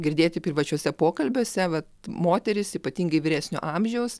girdėti privačiuose pokalbiuose vat moterys ypatingai vyresnio amžiaus